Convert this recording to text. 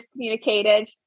miscommunicated